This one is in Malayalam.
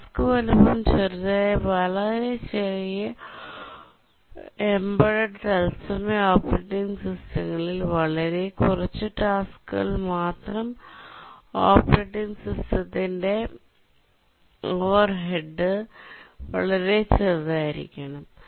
ടാസ്ക് വലുപ്പം ചെറുതായ വളരെ ചെറിയ ഉൾച്ചേർത്ത തത്സമയ ഓപ്പറേറ്റിംഗ് സിസ്റ്റങ്ങളിൽ വളരെ കുറച്ച് ടാസ്ക്കുകൾ മാത്രം ഓപ്പറേറ്റിംഗ് സിസ്റ്റത്തിന്റെ ഓവർഹെഡ് വളരെ ചെറുതായിരിക്കണം